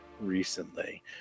recently